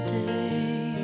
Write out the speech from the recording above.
day